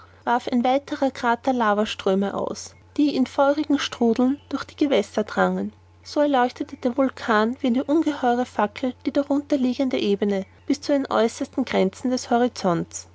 ein weiter krater lavaströme aus die in feurigem sprudeln durch die gewässer drangen so erleuchtete der vulkan wie eine ungeheure fackel die darunter liegende ebene bis zu den äußersten grenzen des horizonts